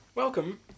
Welcome